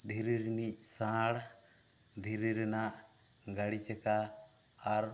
ᱫᱷᱤᱨᱤ ᱨᱤᱱᱤᱡ ᱥᱟᱬ ᱫᱷᱤᱨᱤ ᱨᱮᱱᱟᱜ ᱜᱟᱹᱰᱤ ᱪᱟᱠᱟ ᱟᱨ